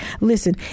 Listen